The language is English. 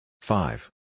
Five